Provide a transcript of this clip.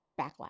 backlash